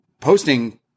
posting